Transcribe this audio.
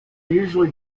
usually